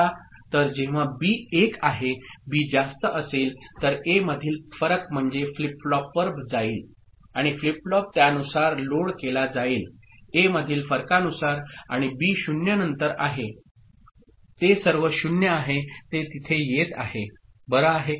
तर जेव्हा बी 1 आहे बी जास्त असेल तर ए मधील फरक म्हणजे फ्लिप फ्लॉपवर जाईल आणि फ्लिप फ्लॉप त्यानुसार लोड केला जाईल ए मधील फरकानुसार आणि बी 0 नंतर आहे ते सर्व 0 आहे ते तिथे येत आहे बरं आहे का